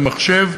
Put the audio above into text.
ומחשב,